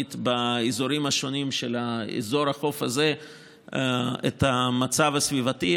בו-זמנית באזורים השונים של אזור החוף הזה את המצב הסביבתי,